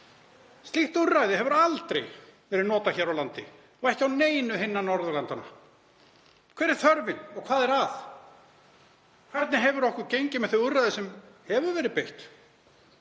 Slíkt úrræði hefur aldrei verið notað hér á landi og ekki á neinu hinna Norðurlandanna. Hver er þörfin og hvað er að? Hvernig hefur okkur gengið með þau úrræði sem hefur verið beitt;